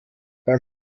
beim